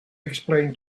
explain